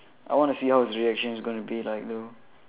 I want to see how his reaction is going to be like though